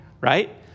Right